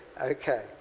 Okay